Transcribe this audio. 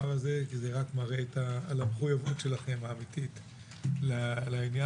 כי זה מראה את המחויבות האמיתית שלכם לעניין.